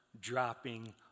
dropping